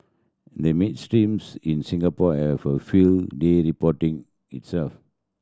they mainstreams in Singapore have a few day reporting itself